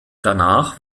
danach